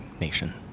nation